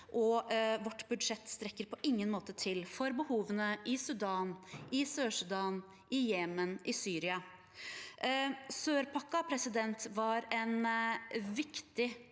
vårt budsjett strekker på ingen måte til for behovene i Sudan, i SørSudan, i Jemen eller i Syria. Sør-pakken var en viktig